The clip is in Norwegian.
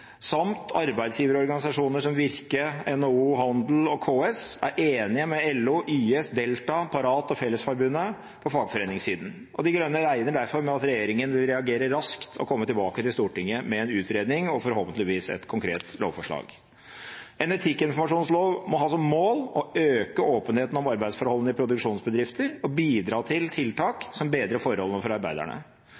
samt arbeidsgiverorganisasjoner som Virke, NHO Handel og KS er enig med LO, YS, Delta, Parat og Fellesforbundet på fagforeningssiden. De Grønne regner derfor med at regjeringen vil reagere raskt og komme tilbake til Stortinget med en utredning og forhåpentligvis et konkret lovforslag. En etikkinformasjonslov må ha som mål å øke åpenheten om arbeidsforholdene i produksjonsbedrifter og bidra til tiltak